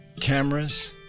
cameras